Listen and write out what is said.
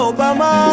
Obama